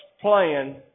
plan